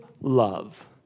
love